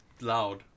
loud